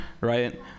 right